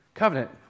covenant